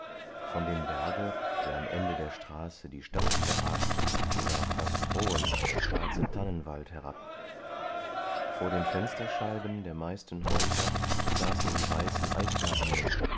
von dem berge der am ende der straße die stadt überragt sah fast drohend der schwarze tannenwald herab vor den fensterscheiben der meisten häuser saßen die weißen eisgardinen